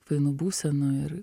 finų būseną ir